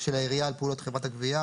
של העירייה על פעולות חברת הגבייה,